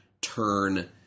turn